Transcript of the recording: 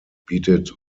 bietet